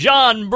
John